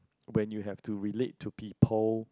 when you have to relate to people